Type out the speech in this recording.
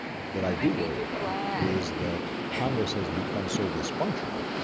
that i do worry about is that congress has become so dysfunctional,